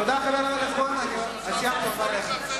תודה, חבר הכנסת בוים, סיימת את דבריך.